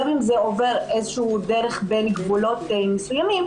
גם אם זה עובר דרך בין גבולות מסוימים,